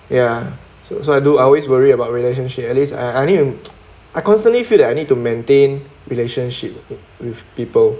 ya so so I do I always worry about relationship at least I need to I constantly feel that I need to maintain relationship with people